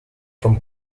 from